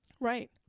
Right